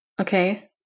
okay